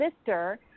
sister